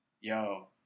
Yo